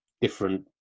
different